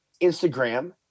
Instagram